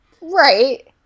Right